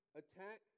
attack